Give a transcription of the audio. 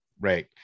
right